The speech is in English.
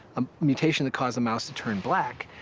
um mutation that caused the mouse to turn black,